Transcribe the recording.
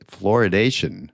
fluoridation